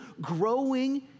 growing